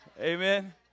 amen